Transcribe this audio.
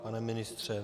Pane ministře?